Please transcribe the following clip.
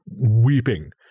weeping